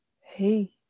Hey